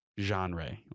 genre